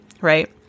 right